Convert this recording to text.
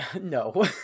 No